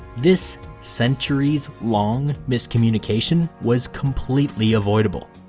this centuries long miscommunication was completely avoidable.